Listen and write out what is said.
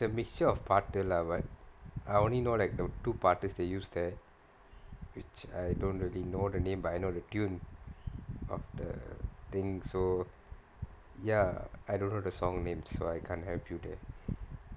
it's a mixture of பாட்டு:paattu lah but I only know like the two பாட்டு:paattu is they use there which I don't really know the name but I know the tune of the thing so ya I don't know the song name so I can't help you there